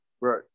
Right